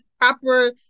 proper